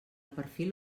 perfil